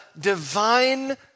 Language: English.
divine